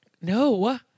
No